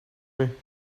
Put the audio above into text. way